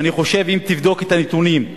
ואני חושב, אם תבדוק את הנתונים,